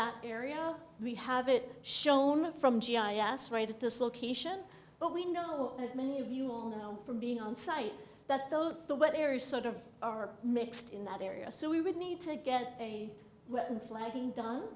that area we have it shown of from g i s right at this location but we know as many of you all know from being on site that those the where there is sort of are mixed in that area so we would need to get